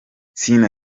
sina